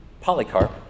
Polycarp